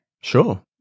Sure